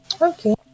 Okay